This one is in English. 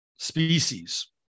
species